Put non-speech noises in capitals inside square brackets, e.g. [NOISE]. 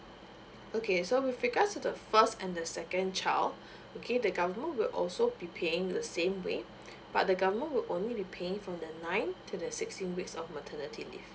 okay so with regards to the first and the second child [BREATH] okay the government will also be paying the same way [BREATH] but the government will only be paying for the nine to the sixteen weeks of maternity leave